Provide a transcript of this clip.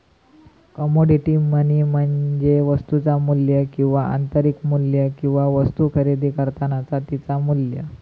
commodity money म्हणजे वस्तुचा मू्ल्य किंवा आंतरिक मू्ल्य किंवा वस्तु खरेदी करतानाचा तिचा मू्ल्य